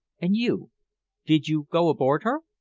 and you did you go aboard her?